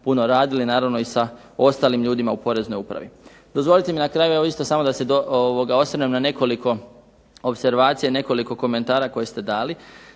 puno radili naravno i sa ostalim ljudima u Poreznoj upravi. Dozvolite mi na kraju da se osvrnem na nekoliko opservacija i nekoliko komentara koje ste dali.